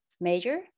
major